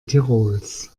tirols